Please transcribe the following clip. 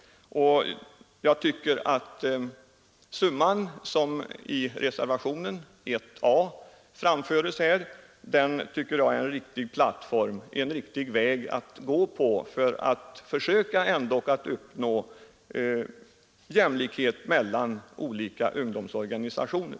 Den summa som föreslås i reservationen 1 a tycker jag är en riktig plattform, varifrån man kan utgå för att försöka uppnå jämlikhet mellan olika ungdomsorganisationer.